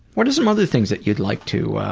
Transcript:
what are some other things that you'd like to, ah,